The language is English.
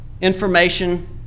information